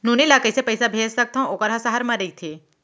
नोनी ल कइसे पइसा भेज सकथव वोकर ह सहर म रइथे?